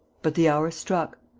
but the hour struck,